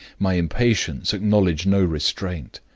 my impatience acknowledged no restraint.